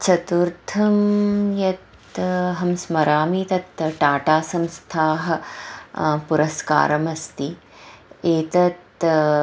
चतुर्थं यत् अहं स्मरामि तत् टाटा संस्थायाः पुरस्कारमस्ति एतत्